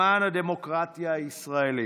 למען הדמוקרטיה הישראלית.